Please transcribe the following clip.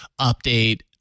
update